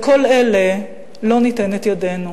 לכל אלה לא ניתן את ידנו.